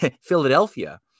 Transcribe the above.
Philadelphia